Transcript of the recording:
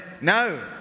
No